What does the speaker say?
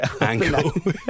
angle